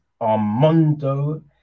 Armando